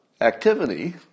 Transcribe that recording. activity